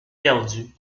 perdu